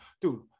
Dude